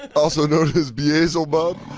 and also known as beelzebub?